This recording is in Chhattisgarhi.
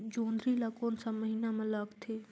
जोंदरी ला कोन सा महीन मां लगथे?